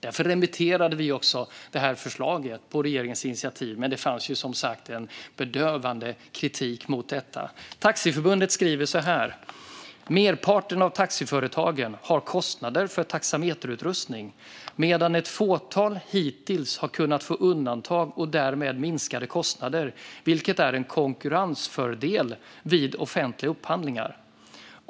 Därför remitterade vi det här förslaget på regeringens initiativ, men det kom som sagt en bedövande kritik mot det. Svenska Taxiförbundet skriver i sitt remissvar: "Merparten av taxiföretagen har kostnader för taxameterutrustning, medan ett fåtal hittills har kunnat få undantag och därmed minskade kostnader, vilket är en konkurrensfördel vid offentliga upphandlingar.